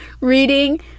reading